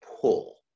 pull